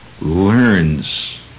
learns